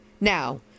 Now